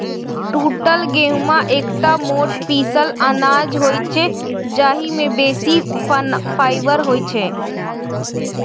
टूटल गहूम एकटा मोट पीसल अनाज होइ छै, जाहि मे बेसी फाइबर होइ छै